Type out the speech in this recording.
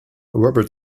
robert